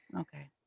Okay